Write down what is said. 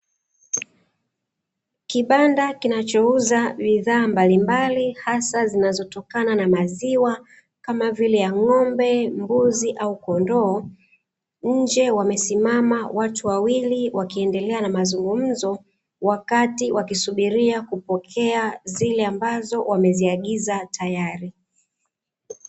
Kibanda kinachouza bidhaa mbalimbali hasa zinazotokana na maziwa, kama vile ya ng’ombe, mbuzi au kondoo; nje wamesimama watu wawili wakiendelea na mazungumzo, wakati wakisubiria kupokea zile ambazo wameziagiza tayari.